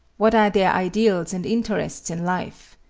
what are their ideals and interests in life?